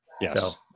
Yes